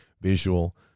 visual